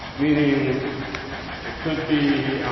meaning it could be